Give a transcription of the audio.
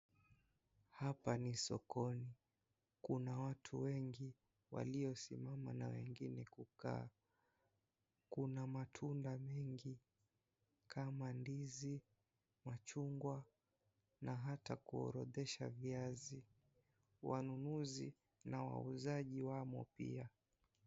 Hapa ni sokoni, kuna watu wengi waliosimama na wengine kukaa. Kuna matumda mingi kama ndizi, machungwa na hata kuorodhesha viazi. Wanunuzi na wauzaji wamo pia.